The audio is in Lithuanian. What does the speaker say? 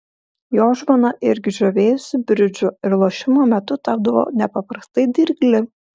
jo žmona irgi žavėjosi bridžu ir lošimo metu tapdavo nepaprastai dirgli